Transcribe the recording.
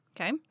Okay